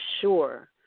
sure